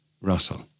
Russell